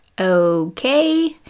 Okay